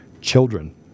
children